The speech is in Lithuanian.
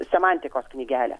semantikos knygelę